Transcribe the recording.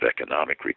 economic